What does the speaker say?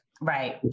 Right